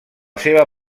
seva